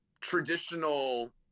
traditional